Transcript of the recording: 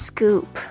Scoop